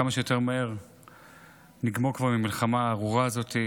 כמה שיותר מהר נגמור כבר עם המלחמה הארוכה הזאת,